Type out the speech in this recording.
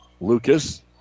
Lucas